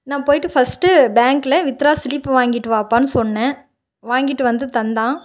நான் போய்விட்டு ஃபஸ்ட்டு பேங்க்கில் வித்ட்ரா ஸிலிப்பு வாங்கிட்டு வாப்பானு சொன்னேன் வாங்கிட்டு வந்து தந்தான்